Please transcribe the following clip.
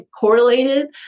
correlated